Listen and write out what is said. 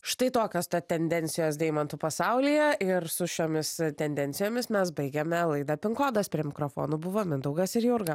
štai tokios tendencijos deimantų pasaulyje ir su šiomis tendencijomis mes baigiame laidą pin kodas prie mikrofonų buvo mindaugas ir jurga